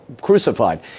crucified